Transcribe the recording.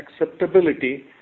acceptability